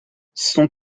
son